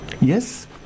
Yes